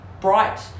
bright